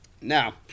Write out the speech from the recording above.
Now